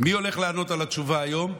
מי הולך לענות על השאלה היום?